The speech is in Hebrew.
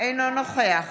אינו נוכח